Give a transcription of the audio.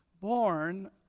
born